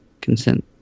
consent